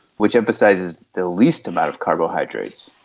which emphasises the least amount of carbohydrates.